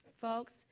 Folks